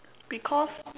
because